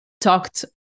talked